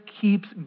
keeps